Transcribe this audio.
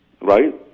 right